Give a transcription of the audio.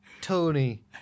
Tony